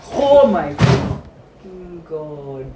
oh my fucking god